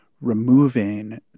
removing